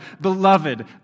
beloved